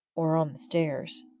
or on the stairs,